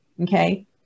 Okay